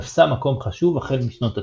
תפסה מקום חשוב החל משנות ה-90.